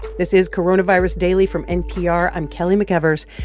this is coronavirus daily from npr. i'm kelly mcevers.